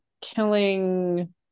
killing